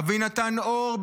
אבינתן אור,